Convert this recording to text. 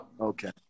okay